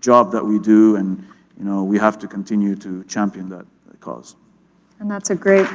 job that we do, and you know we have to continue to champion that cause. ms and that's a great.